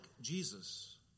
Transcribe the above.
Jesus